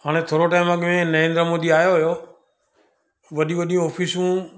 हाणे थोरो टाइम अॻि में नरेंद्र मोदी आयो हुओ वॾियूं वॾियूं ऑफ़िसूं